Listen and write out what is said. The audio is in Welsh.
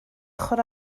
ochr